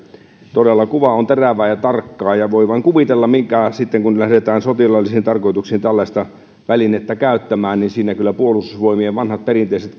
todella kuva on terävää ja tarkkaa voi vain kuvitella sitten kun lähdetään sotilaallisin tarkoituksin tällaista välinettä käyttämään kuinka siinä kyllä puolustusvoimien vanhat perinteiset